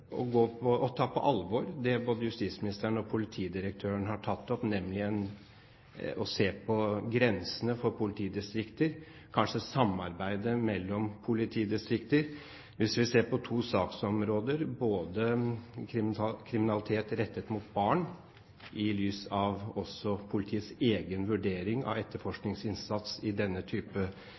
å ta på alvor det både justisministeren og politidirektøren har tatt opp, nemlig å se på grensene for politidistrikter og kanskje samarbeidet mellom politidistrikter. Hvis vi ser på to saksområder, både kriminalitet rettet mot barn – også i lys av politiets egen vurdering av etterforskningsinnsatsen i denne